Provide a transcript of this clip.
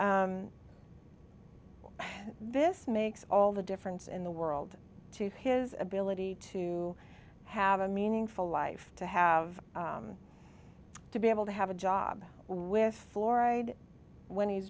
this makes all the difference in the world to his ability to have a meaningful life to have to be able to have a job with fluoride when he's